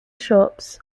shops